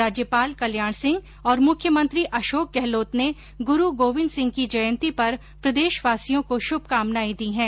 राज्यपाल कल्याण सिंह और मुख्यमंत्री अशोक गहलोत ने गुरू गोविन्द सिंह की जयन्ती पर प्रदेशवासियों को शुभकानाएं दी ँहै